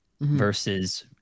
versus